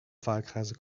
wahlkreise